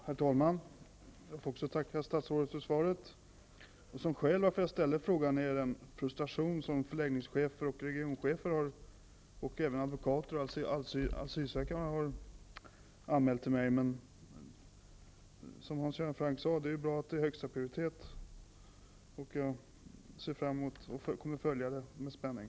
Herr talman! Också jag vill tacka statsrådet för svaret. Skälet till att jag ställde frågan är den frustration som förläggningschefer, regionchefer och även advokater och asylsökande har upplevt. Som Hans Göran Franck sade är det bra att frågan har högsta prioritet, och jag kommer att följa frågan med spänning.